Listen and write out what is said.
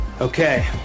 Okay